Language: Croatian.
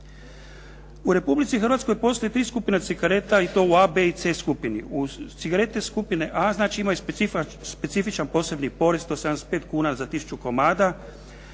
U Republici Hrvatskoj postoji tri skupine cigareta i to u A, B, i C skupini. U cigarete skupine A, znači imaju specifičan posebni porez 175 kuna za tisuću komada,